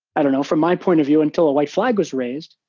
i don't know, from my point of view, until a white flag was raised,